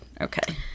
okay